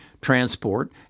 transport